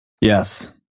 Yes